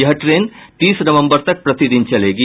यह ट्रेन तीस नवंबर तक प्रतिदिन चलेगी